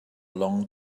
long